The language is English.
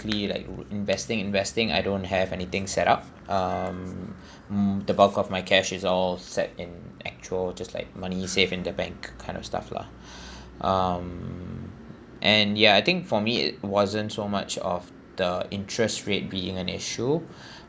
the like investing investing I don't have anything set up um mm the bulk of my cash is all set in actual just like money safe in the bank kind of stuff lah um and yeah I think for me it wasn't so much of the interest rate being an issue